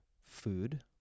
food